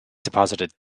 deposited